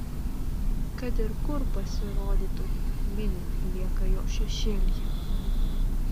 kad ir kur pasirodytų mini lieka jo šešėlyje